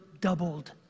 doubled